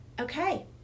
okay